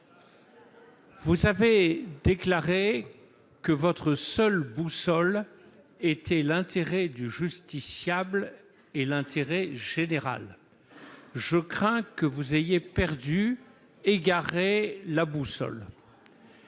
vous avez déclaré que votre seule boussole était l'intérêt du justiciable et l'intérêt général. Je crains que vous n'ayez égaré la boussole